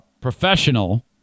professional